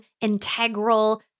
integral